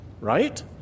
right